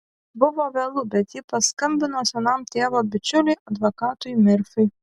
buvo vėlu bet ji paskambino senam tėvo bičiuliui advokatui merfiui